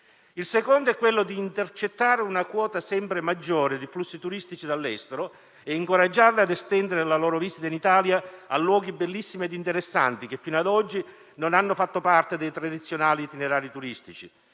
Il secondo obiettivo è intercettare una quota sempre maggiore di flussi turistici dall'estero e incoraggiarli a estendere la loro visita dell'Italia a luoghi bellissimi e interessanti che fino ad oggi non hanno fatto parte dei tradizionali itinerari turistici.